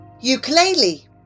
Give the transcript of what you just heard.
Ukulele